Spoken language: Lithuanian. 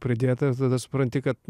pridėta ir tada supranti kad